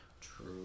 True